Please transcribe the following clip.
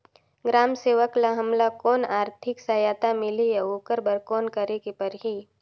ग्राम सेवक ल हमला कौन आरथिक सहायता मिलही अउ ओकर बर कौन करे के परही?